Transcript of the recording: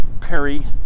Perry